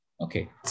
Okay